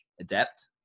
adapt